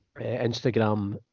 Instagram